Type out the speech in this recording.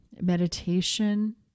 meditation